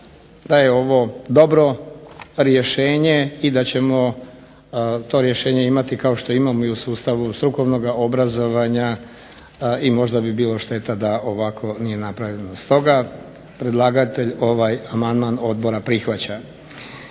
da je ovo dobro rješenje i da ćemo to rješenje imati kao što imamo i u sustavu strukovnog obrazovanja i možda bi bilo šteta da ovako nije napravljeno. Stoga predlagatelj ovaj amandman odbora prihvaća.